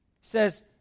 says